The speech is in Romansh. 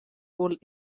vul